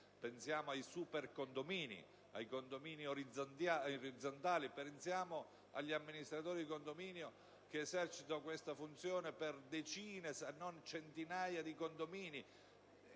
(pensiamo ai supercondomini, ai condomini orizzontali, pensiamo agli amministratori di condominio che esercitano questa funzione per decine, se non centinaia di condomini)